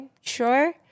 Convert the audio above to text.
sure